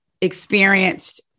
experienced